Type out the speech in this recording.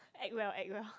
act well act well